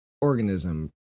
organism